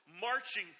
Marching